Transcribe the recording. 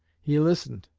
he listened,